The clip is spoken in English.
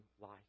life